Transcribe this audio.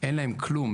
אין להם כלום.